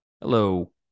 hello